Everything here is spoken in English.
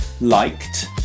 liked